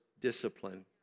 discipline